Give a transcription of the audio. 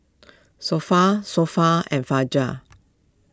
Sofea Sofea and Fajar